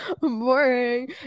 boring